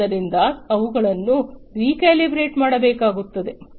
ಆದ್ದರಿಂದ ಅವುಗಳನ್ನು recalibrator ಮಾಡಬೇಕಾಗುತ್ತದೆ